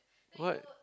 what